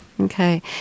Okay